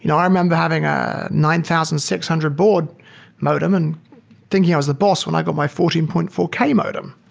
and i remember having a nine thousand six hundred board modem and thinking i was the boss when i've got my fourteen point four k modem.